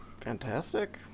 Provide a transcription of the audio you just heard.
Fantastic